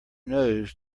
nose